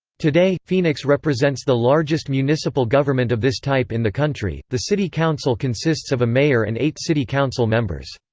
today, phoenix represents the largest municipal government of this type in the country the city council consists of a mayor and eight city council members.